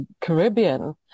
Caribbean